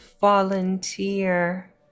volunteer